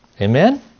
Amen